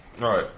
Right